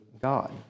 God